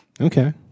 Okay